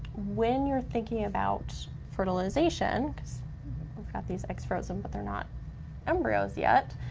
when you're thinking about fertilization, cause we've got these eggs frozen, but they're not embryos yet,